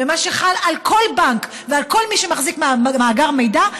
ומה שחל על כל בנק ועל כל מי שמחזיק מאגר מידע,